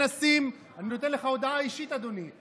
אני נותן לך הודעה אישית, אדוני.